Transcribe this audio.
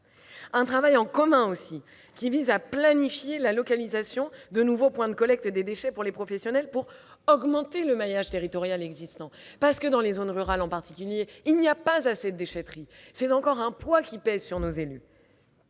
Un travail en commun sera mené afin de planifier la localisation de nouveaux points de collecte des déchets pour les professionnels, de manière à densifier le maillage territorial existant. Dans les zones rurales en particulier, il n'y a pas assez de déchetteries : c'est encore un poids qui pèse sur nos élus.